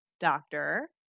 doctor